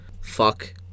fuck